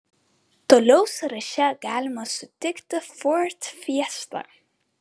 toliau sąraše galima sutikti ford fiesta